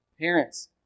parents